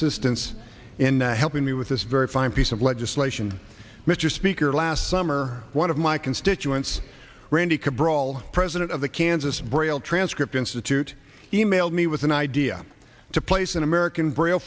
systems in helping me with this very fine piece of legislation mr speaker last summer one of my constituents randy could brawl president of the kansas braille transcript institute emailed me with an idea to place an american braille